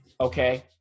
Okay